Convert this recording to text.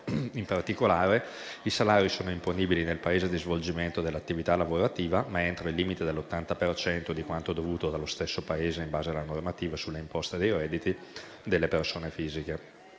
In particolare, i salari sono imponibili nel Paese di svolgimento dell'attività lavorativa, ma entro il limite dell'80 per cento di quanto dovuto dallo stesso Paese in base alla normativa sulle imposte sui redditi delle persone fisiche.